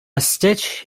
stitch